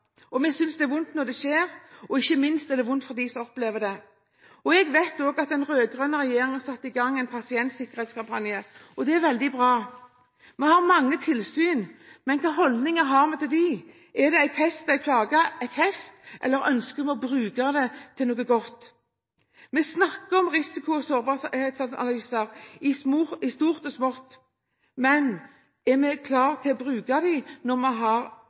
Vi synes det er vondt når det skjer. Ikke minst er det vondt for dem som opplever det. Jeg vet også at den rød-grønne regjeringen har satt i gang en pasientsikkerhetskampanje. Det er veldig bra. Vi har mange tilsyn. Men hva slags holdninger har vi til dem? Er de en pest og en plage – et heft – eller ønsker vi å bruke dem til noe godt? Vi snakker om risiko og sårbarhetsanalyser i stort og smått. Men er vi klar til å bruke dem når vi har